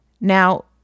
Now